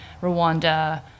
Rwanda